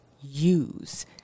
use